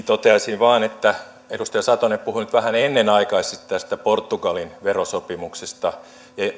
toteaisin vain että edustaja satonen puhui nyt vähän ennenaikaisesti tästä portugalin verosopimuksesta